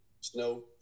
snow